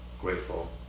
grateful